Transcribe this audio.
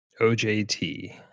OJT